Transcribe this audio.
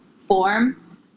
form